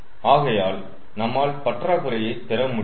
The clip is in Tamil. ஆகையால் நம்மால் பற்றாக்குறையை பெறமுடியும்